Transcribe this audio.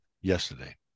yesterday